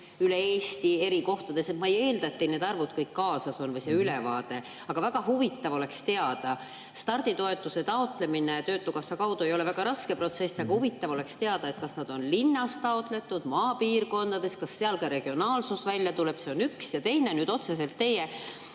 üle Eesti eri kohtades? Ma ei eelda, et teil need arvud kõik kaasas on või see ülevaade, aga väga huvitav oleks teada. Starditoetuse taotlemine töötukassa kaudu ei ole väga raske protsess, aga huvitav oleks teada, kas neid toetusi taotletakse linnas või maapiirkonnas ja kas seal ka regionaalsus välja tuleb. See on üks küsimus. Teine on nüüd otseselt teie